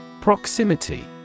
Proximity